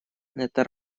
это